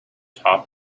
top